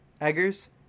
Eggers